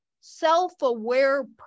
self-aware